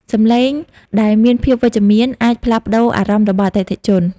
សំឡេងដែលមានភាពវិជ្ជមានអាចផ្លាស់ប្ដូរអារម្មណ៍របស់អតិថិជន។